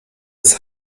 des